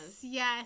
yes